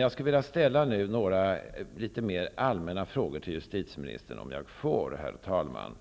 Jag vill nu ställa några litet mer allmänna frågor till justitieministern, om jag får, herr talman.